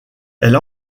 elle